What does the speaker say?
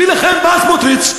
ולכן בא סמוטריץ,